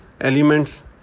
elements